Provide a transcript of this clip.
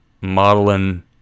modeling